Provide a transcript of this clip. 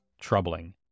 troubling